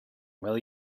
will